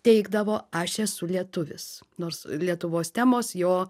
teigdavo aš esu lietuvis nors lietuvos temos jo